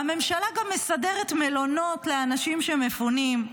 והממשלה גם מסדרת מלונות לאשים שמפונים,